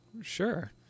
Sure